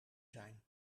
zijn